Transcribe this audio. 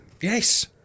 Yes